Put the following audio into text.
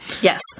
Yes